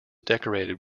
decorated